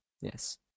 Yes